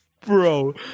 Bro